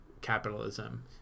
capitalism